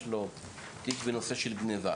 שיש לו תיק בנושא של גניבה